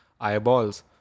eyeballs